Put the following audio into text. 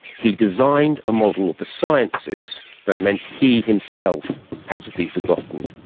he designed a model of the sciences that meant he himself had to be forgotten.